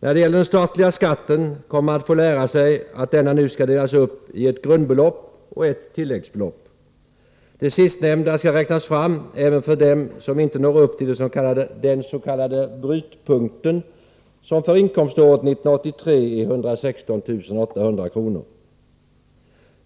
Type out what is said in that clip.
När det gäller den statliga skatten kommer man att få lära sig att denna nu skall delas uppi ett grundbelopp och ett tilläggsbelopp. Det sistnämnda skall räknas fram även för dem som inte når upp till den s.k. brytpunkten, som för inkomståret 1983 är 116800 kr.